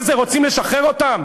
מה זה, רוצים לשחרר אותם?